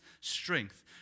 strength